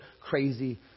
crazy